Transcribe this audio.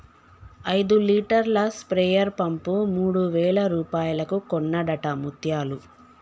ఐదు లీటర్ల స్ప్రేయర్ పంపు మూడు వేల రూపాయలకు కొన్నడట ముత్యాలు